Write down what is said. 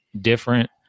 different